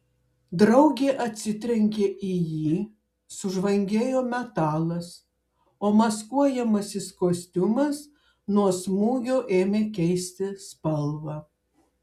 draugė atsitrenkė į jį sužvangėjo metalas o maskuojamasis kostiumas nuo smūgio ėmė keisti spalvą